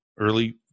early